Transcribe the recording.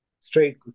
straight